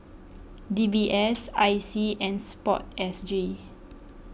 D B S I C and Sport S G